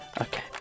Okay